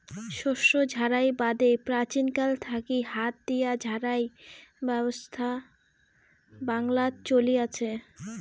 শস্য ঝাড়াই বাদে প্রাচীনকাল থাকি হাত দিয়া ঝাড়াই ব্যবছস্থা বাংলাত চলি আচে